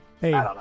Hey